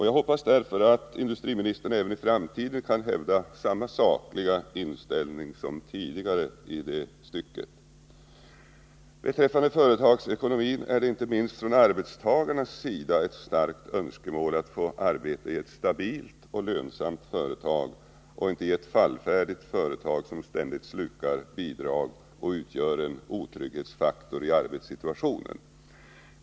Jag hoppas därför att industriministern i denna fråga även i framtiden kan hävda samma sakliga inställning som tidigare. Beträffande företagsekonomin är det inte minst från arbetstagarnas sida ett starkt önskemål att få arbeta i ett stabilt och lönsamt företag och inte i ett fallfärdigt sådant som ständigt slukar bidrag och utgör en otrygghetsfaktor i arbetssituationen.